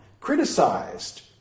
criticized